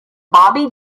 bobby